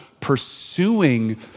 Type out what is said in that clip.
pursuing